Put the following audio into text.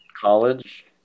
College